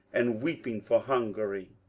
and weeping for hungary.